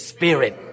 Spirit